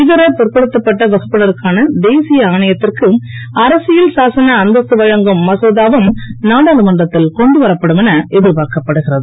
இதர பிற்படுத்தப்பட்ட வகுப்பினருக்கான தேசிய ஆணையத்திற்கு அரசியல் சாசன அந்தஸ்து வழங்கும் மசோதவும் நாடாளுமன்றத்தில் கொண்டுவரப் படும் என எதிர்பார்க்கப் படுகிறது